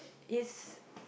is